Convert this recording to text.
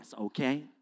okay